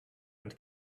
and